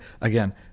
again